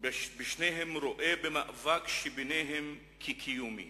בשניהם רואה במאבק שביניהם כקיומי